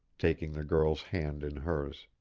taking the girl's hand in hers.